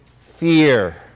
fear